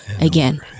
again